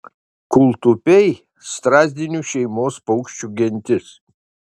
kūltupiai strazdinių šeimos paukščių gentis